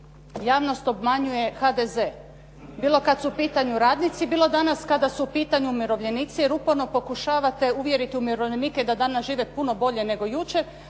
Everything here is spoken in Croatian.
Javnost obmanjuje HDZ, bilo kad su u pitanju radnici, bilo danas kada su u pitanju umirovljenici, jer uporno pokušavate uvjeriti umirovljenike da danas žive puno bolje nego jučer,